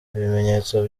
ibimenyetso